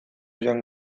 joan